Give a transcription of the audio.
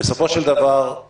בסופו של דבר,